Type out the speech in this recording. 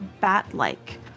bat-like